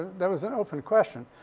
that was an open question.